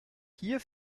hier